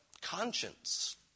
conscience